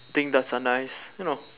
think darts are nice you know